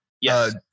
Yes